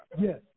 Yes